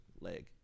leg